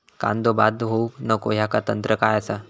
कांदो बाद होऊक नको ह्याका तंत्र काय असा?